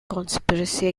conspiracy